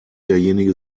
derjenige